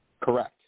Correct